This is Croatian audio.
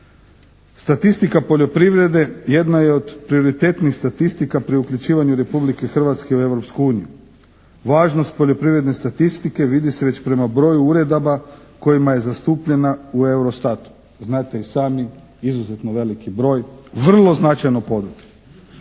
Statistika poljoprivrede jedna je od prioritetnih statistika pri uključivanju Republike Hrvatske u Europsku uniju. Važnost poljoprivredne statistike vidi se već prema broju uredaba kojima je zastupljena u Eurostatu, znate i sami izuzetno veliki broj, vrlo značajno područje.